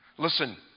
Listen